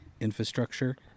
infrastructure